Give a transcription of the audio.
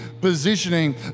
positioning